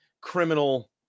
criminal